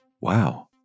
Wow